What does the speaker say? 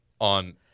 on